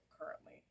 currently